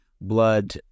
blood